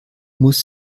muss